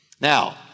Now